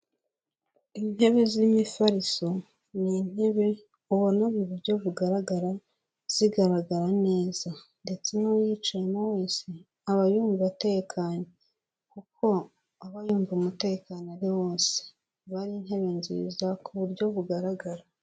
Intebe z'imifariso, ni intebe ubona mu buryo bugaragara zigaragara neza, ndetse n'uwayicayemo wese aba yumva atekanye kuko aba yumva umutekano ari wose, aba ari intebe nziza ku buryo bugaragara.